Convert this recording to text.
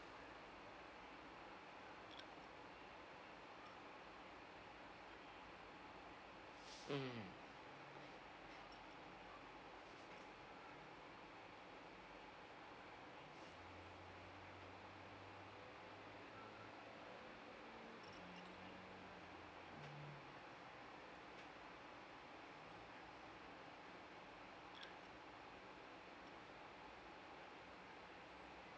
mm